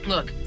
Look